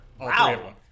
Wow